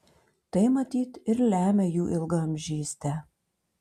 tai matyt ir lemia jų ilgaamžystę